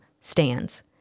stands